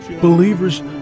Believers